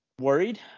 worried